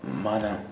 ꯃꯥꯅ